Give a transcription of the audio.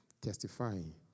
testifying